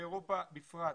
ובאירופה בפרט,